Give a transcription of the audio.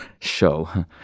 show